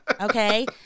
okay